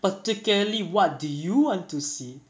particularly what do you want to see it